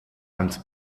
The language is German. ans